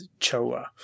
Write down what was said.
choa